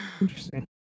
Interesting